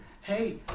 Hey